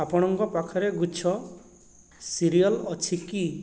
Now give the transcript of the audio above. ଆପଣଙ୍କ ପାଖରେ ଗୁଚ୍ଛ ସିରିଅଲ ଅଛି କି